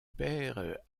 père